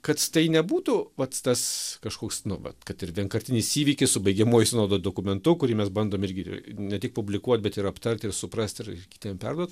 kad tai nebūtų vat tas kažkoks nu vat kad ir vienkartinis įvykis su baigiamuoju sinodo dokumentu kurį mes bandom irgi ne tik publikuot bet ir aptart ir suprast ir kitiem perduot